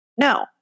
No